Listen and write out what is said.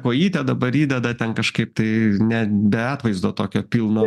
kojytę dabar įdeda ten kažkaip tai ne be atvaizdo tokio pilno